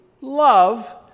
love